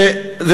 שזה